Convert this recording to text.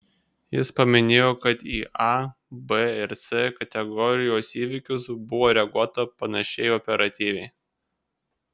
jis paminėjo kad į a b ir c kategorijos įvykius buvo reaguota panašiai operatyviai